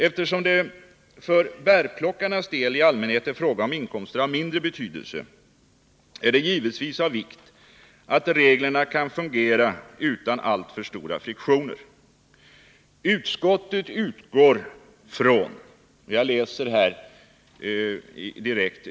Eftersom det för bärplockarnas del i allmänhet är fråga om inkomster av mindre betydelse, är det givetvis av vikt att reglerna kan fungera utan alltför stora friktioner.